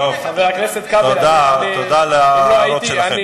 תודה על ההערות שלכם.